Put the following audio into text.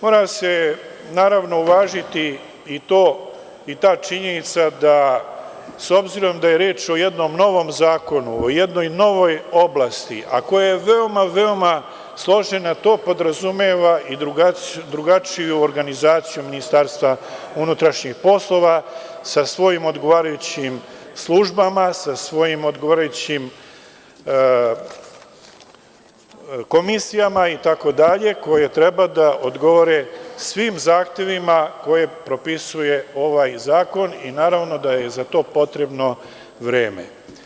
Mora se, naravno, uvažiti i ta činjenica da, s obzirom da je reč o jednom novom zakonu, o jednoj novoj oblasti a koja je veoma, veoma složena, to podrazumeva i drugačiju organizaciju MUP-a sa svojim odgovarajućim službama, sa svojim odgovarajućim komisijama itd. koje treba da odgovore svim zahtevima koje propisuje ovaj zakon i naravno da je zato potrebno vreme.